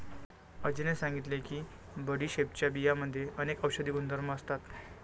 अजयने सांगितले की बडीशेपच्या बियांमध्ये अनेक औषधी गुणधर्म असतात